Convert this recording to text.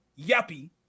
yuppie